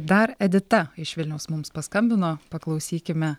dar edita iš vilniaus mums paskambino paklausykime